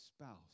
spouse